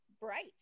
bright